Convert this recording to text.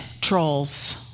trolls